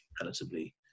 relatively